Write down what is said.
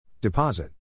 Deposit